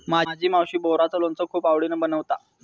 माझी मावशी बोराचा लोणचा खूप आवडीन बनवता